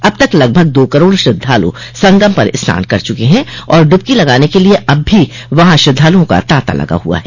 अब तक लगभग दो करोड़ श्रद्वालु संगम पर स्नान कर चुके हैं और डुबकी लगाने के लिये अब भी वहां ताता लगा हुआ है